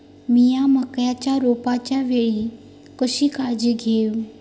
मीया मक्याच्या रोपाच्या वेळी कशी काळजी घेव?